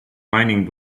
mining